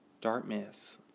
Dartmouth